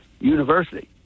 University